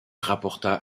rapporta